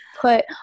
put